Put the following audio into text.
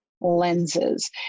lenses